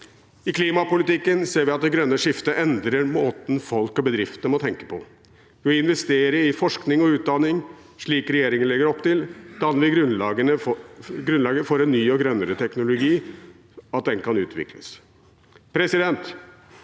I klimapolitikken ser vi at det grønne skiftet endrer måten folk og bedrifter må tenke på. Ved å investere i forskning og utdanning, slik regjeringen legger opp til, danner vi grunnlaget for at ny og grønnere teknologi kan videreutvikles. Årets